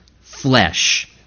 flesh